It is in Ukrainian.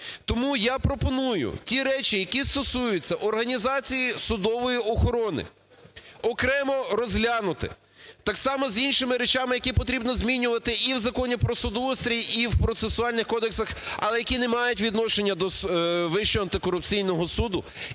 Тому я пропоную ті речі, які стосуються організації судової охорони, окремо розглянути. Так само з іншими речами, які потрібно змінювати і в Закону про судоустрій, і в процесуальних кодексах, але які не мають відношення до Вищого антикорупційного суду.